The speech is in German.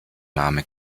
name